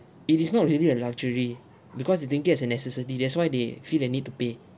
it is not really a luxury because they think it as a necessity that's why they feel they need to pay